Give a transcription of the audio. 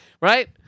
Right